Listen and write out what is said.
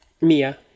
Mia